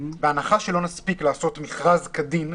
בהנחה שלא נספיק לעשות מכרז כדין,